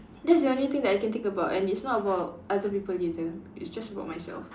that's not the only thing that I can think about and it's not about other people either it's just about myself